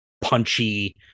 punchy